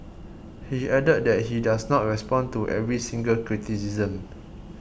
he added that he does not respond to every single criticism